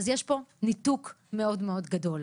אז יש פה ניתוק מאוד מאוד גדול.